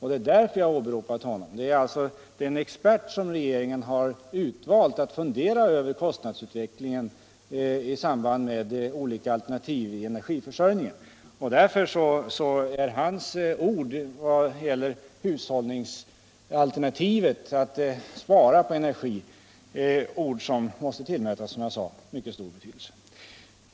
Det är därför jag har åberopat honom. Han är den expert som regeringen utvalt till att fundera över kostnadsutvecklingen i samband med olika alternativ i energiförsörjningen. Därför är hans ord vad gäller hushållningsalternativet, att spara på energi, ord som måste tillmätas mycket stor betydelse.